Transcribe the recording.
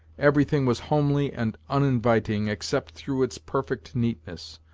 everything was homely and uninviting, except through its perfect neatness.